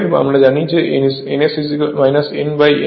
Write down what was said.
আমরা জানি যেn S nn হয়